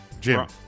Jim